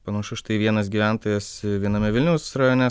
panašu štai vienas gyventojas viename vilniaus rajone